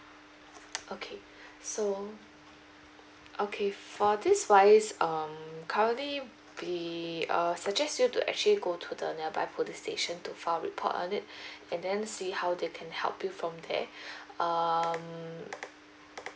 okay so okay for this wise um currently we err suggest you to actually go to the nearby police station to file a report on it and then see how they can help you from there um